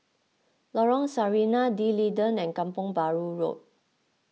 Lorong Sarina D'Leedon and Kampong Bahru Road